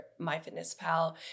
MyFitnessPal